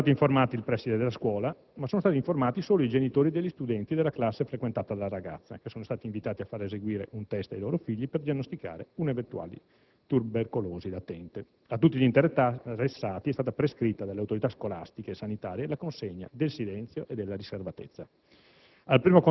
Sono stati informati il preside della scuola, nonché solo i genitori degli studenti della classe frequentata dalla ragazza, che sono stati invitati a far eseguire un *test* ai loro figli per diagnosticare un'eventuale tubercolosi latente. A tutti gli interessati è stata prescritta dalle autorità scolastiche e sanitarie la consegna del silenzio e della riservatezza.